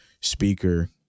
speaker